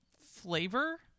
flavor